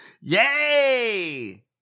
Yay